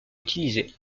utilisé